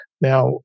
Now